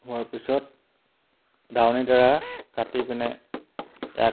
হোৱাৰ পিছত দাৱনীৰদ্বাৰা কাটি পিনে ইয়াক